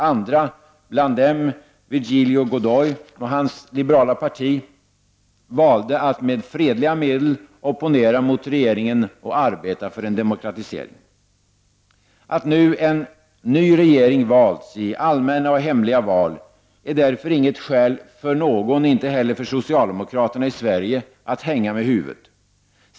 Andra, bland dem Virgilio Godoy och hans liberala parti, valde att med fredliga medel opponera mot regeringen och arbeta för en demokratisering. Att nu en ny regering valts i allmänna och hemliga val är därför inget skäl för någon, inte heller för socialdemokraterna i Sverige, att hänga med huvudet.